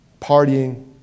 partying